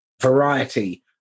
variety